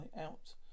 Out